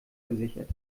gesichert